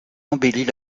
embellit